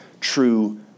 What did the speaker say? true